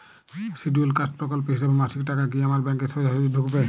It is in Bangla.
শিডিউলড কাস্ট প্রকল্পের হিসেবে মাসিক টাকা কি আমার ব্যাংকে সোজাসুজি ঢুকবে?